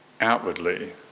outwardly